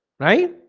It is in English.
right?